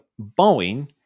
Boeing